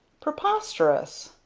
preposterous!